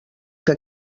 que